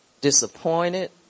disappointed